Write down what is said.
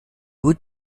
would